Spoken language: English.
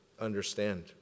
understand